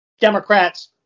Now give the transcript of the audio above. Democrats